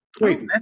Wait